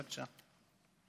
בבקשה.